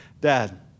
Dad